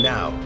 Now